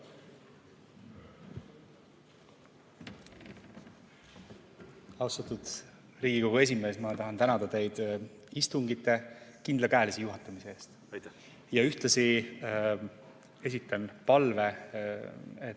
Austatud Riigikogu esimees! Ma tahan tänada teid istungi kindlakäelisi juhatamise eest ja ühtlasi esitan palve, et